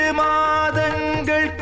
madangal